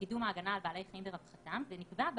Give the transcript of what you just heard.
בקידום ההגנה על בעלי חיים ורווחתם ונקבע בה